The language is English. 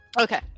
Okay